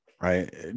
right